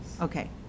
Okay